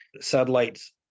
satellites